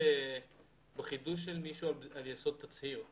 בחידוש של מישהו על יסוד תצהיר.